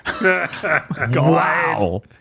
Wow